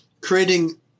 creating